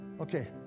Okay